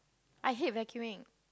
I hate vacuuming